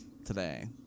today